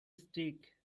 stick